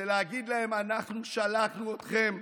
שיגידו להם: אנחנו שלחנו אתכם,